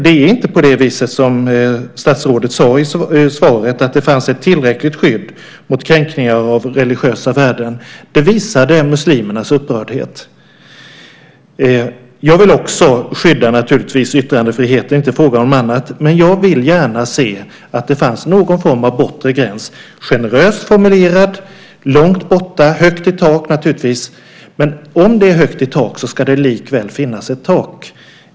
Det är inte på det viset, som statsrådet sade i svaret, att det finns ett tillräckligt skydd mot kränkningar av religiösa värden. Det visade muslimernas upprördhet. Jag vill också naturligtvis skydda yttrandefriheten, det är inte fråga om annat, men jag skulle gärna vilja se att det fanns någon form av bortre gräns - generöst formulerad, långt borta och med högt i tak, naturligtvis. Men om det är högt i tak ska det likväl finnas ett tak.